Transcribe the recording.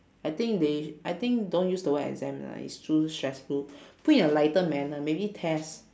I think they I think don't use the word exam lah it's too stressful put in a lighter manner maybe test